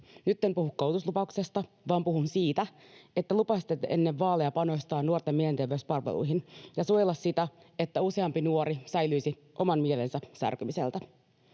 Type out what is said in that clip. Nyt en puhu koulutuslupauksesta, vaan puhun siitä, että lupasitte ennen vaaleja panostaa nuorten mielenterveyspalveluihin ja suojella sitä, että useampi nuori säilyisi oman mielensä särkymiseltä.